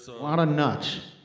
so lot of nuts.